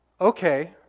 okay